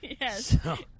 Yes